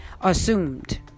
assumed